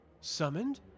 Summoned